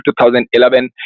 2011